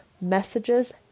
messages